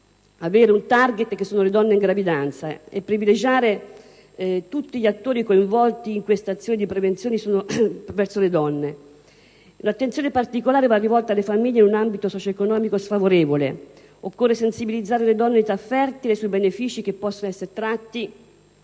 avere un *target* che sono le donne in gravidanza e privilegiare tutti gli attori che sono coinvolti in questa azione di prevenzione. Un'attenzione particolare va rivolta alle famiglie di un ambito socio-economico sfavorevole; occorre sensibilizzare le donne in età fertile sui benefici che possono essere tratti